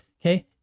Okay